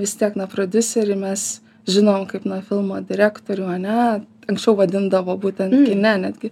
vis tiek na prodiuserį mes žinom kaip na filmo direktorių ane anksčiau vadindavo būtent kine netgi